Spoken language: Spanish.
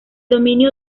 dominio